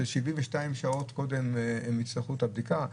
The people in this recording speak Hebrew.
ש-72 שעות קודם הם יצטרכו את הבדיקה?